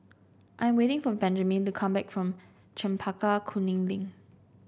I'm waiting for Benjaman to come back from Chempaka Kuning Link